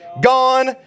gone